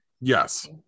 Yes